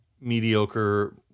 mediocre